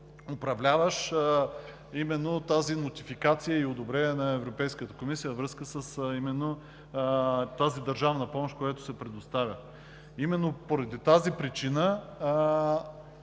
управляващ тази нотификация и одобрение на Европейската комисия във връзка с тази държавна помощ, която се предоставя. Поради тази причина